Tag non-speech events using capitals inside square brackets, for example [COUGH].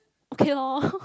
okay loh [LAUGHS]